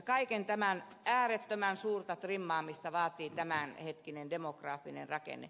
kaiken tämän äärettömän suurta trimmaamista vaatii tämänhetkinen demokraattinen rakenne